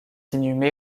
inhumée